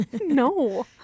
No